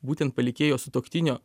būtent palikėjo sutuoktinio